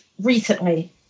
recently